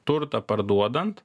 turtą parduodant